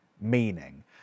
meaning